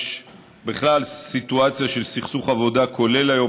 יש סיטואציה של סכסוך עבודה כולל היום